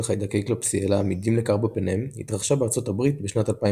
חיידקי Klebsiella עמידים לקרבפנם התרחשה בארצות הברית בשנת 2001.